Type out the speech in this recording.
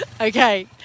Okay